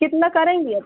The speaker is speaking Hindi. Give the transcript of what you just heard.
कितना करेंगी अब